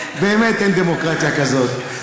באמת אין דמוקרטיה כזאת.